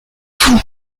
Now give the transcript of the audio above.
fou